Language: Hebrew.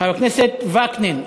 חבר הכנסת וקנין,